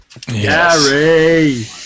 Gary